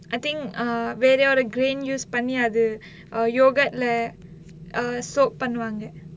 I think uh வேறயா ஒரு:verayaa oru grane use பண்ணி அது:panni athu err yogurt lah err sock பண்ணுவாங்க:pannuvaanga